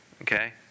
okay